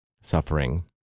suffering